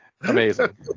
Amazing